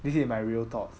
this is my real thought